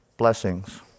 Blessings